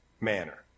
manner